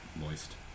Moist